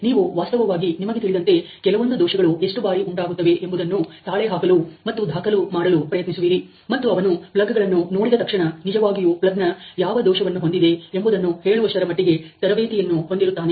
ನೀವು ವಾಸ್ತವವಾಗಿ ನಿಮಗೆ ತಿಳಿದಂತೆ ಕೆಲವೊಂದು ದೋಷಗಳು ಎಷ್ಟು ಬಾರಿ ಉಂಟಾಗುತ್ತವೆ ಎಂಬುದನ್ನು ತಾಳೆ ಹಾಕಲು ಮತ್ತು ದಾಖಲು ಮಾಡಲು ಪ್ರಯತ್ನಿಸುವಿರಿ ಮತ್ತು ಅವನು ಪ್ಲಗ್ ಗಳನ್ನು ನೋಡಿದ ತಕ್ಷಣ ನಿಜವಾಗಿಯೂ ಪ್ಲಗ್'ನ್ ಯಾವ ದೋಷವನ್ನು ಹೊಂದಿದೆ ಎಂಬುದನ್ನು ಹೇಳುವಷ್ಟರ ಮಟ್ಟಿಗೆ ತರಬೇತಿಯನ್ನು ಹೊಂದಿರುತ್ತಾನೆ